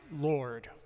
Lord